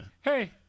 Hey